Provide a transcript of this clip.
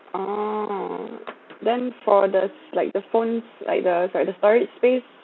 oh then for the like the phone like the like the storage space